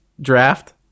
draft